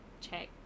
check